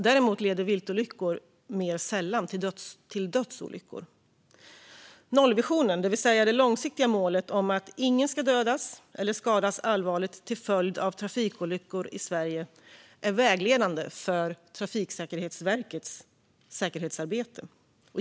Däremot leder viltolyckor mer sällan till dödsolyckor. Nollvisionen, det vill säga det långsiktiga målet om att ingen ska dödas eller skadas allvarligt till följd av trafikolyckor i Sverige, är vägledande för Trafikverkets säkerhetsarbete.